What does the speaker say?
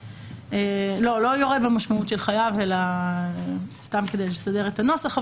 לא יורה במשמעות של חייב אלא כדי לסדר את הנוסח.